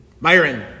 Myron